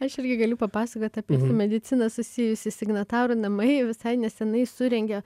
aš irgi galiu papasakot apie su medicina susijusį signatarų namai visai neseniai surengė